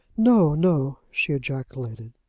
no, no, she ejaculated.